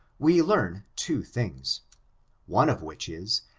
we learn two things one of which is,